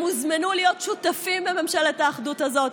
הם הוזמנו להיות שותפים בממשלת האחדות הזאת,